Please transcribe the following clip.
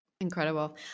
Incredible